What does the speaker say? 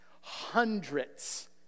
hundreds